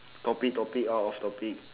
topic topic out of topic